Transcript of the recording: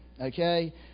okay